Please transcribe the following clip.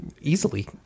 easily